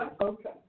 Okay